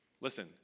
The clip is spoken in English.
Listen